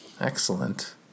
Excellent